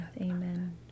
Amen